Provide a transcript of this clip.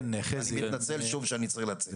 אני מתנצל שוב שאני צריך לצאת.